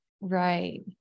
Right